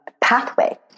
pathway